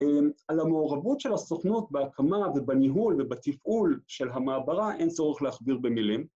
על המעורבות של הסוכנות בהקמה ובניהול ובתפעול של המעברה אין צורך להכביר במילים